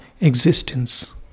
existence